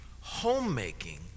Homemaking